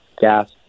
gas